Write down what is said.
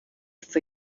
for